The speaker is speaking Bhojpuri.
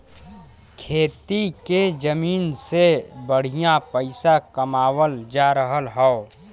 खेती के जमीन से बढ़िया पइसा कमावल जा रहल हौ